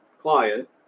client